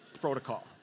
protocol